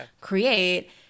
create